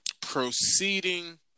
proceeding